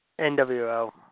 NWO